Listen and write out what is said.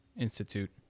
Institute